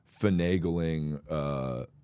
finagling